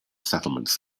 settlements